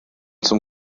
zum